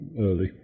early